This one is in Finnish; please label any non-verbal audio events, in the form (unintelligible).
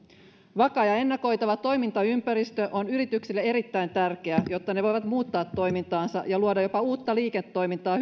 vakaa ja ennakoitava toimintaympäristö on yrityksille erittäin tärkeä jotta ne voivat muuttaa toimintaansa ja luoda jopa uutta liiketoimintaa (unintelligible)